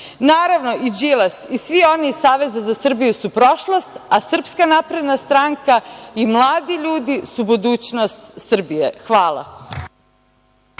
Naravno, i Đilas i svi oni iz Saveza za Srbiju su prošlost, a SNS i mladi ljudi su budućnost Srbije. Hvala.